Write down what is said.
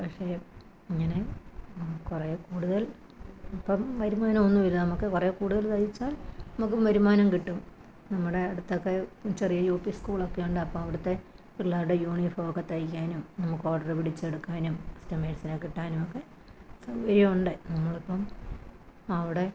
പക്ഷെ ഇങ്ങനെ കുറെ കൂടുതൽ ഇപ്പോള് വരുമാനമൊന്നുമില്ല നമുക്ക് കുറെ കൂടുതൽ തയ്ച്ചാൽ നമ്മള്ക്കും വരുമാനം കിട്ടും നമ്മടെ അടുത്തൊക്കെ ചെറിയ യു പി സ്കൂളൊക്കെയുണ്ട് അപ്പോള് അവിടത്തെ പിള്ളാരുടെ യൂണിഫോമൊക്കെ തയ്ക്കാനും നമുക്ക് ഓഡര് പിടിച്ചെടുക്കാനും കസ്റ്റമേഴ്സിനെ കിട്ടാനുമൊക്കെ സൗകര്യമുണ്ട് നമ്മളിപ്പോള് അവിടെ